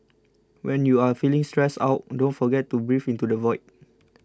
when you are feeling stressed out don't forget to breathe into the void